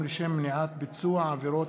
אנחנו נעבור הלאה.